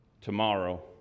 tomorrow